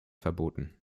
verboten